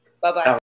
Bye-bye